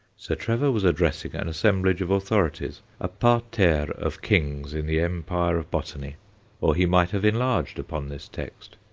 sir trevor was addressing an assemblage of authorities a parterre of kings in the empire of botany or he might have enlarged upon this text.